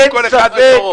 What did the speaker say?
תנו כל אחד בתורו.